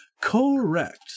Correct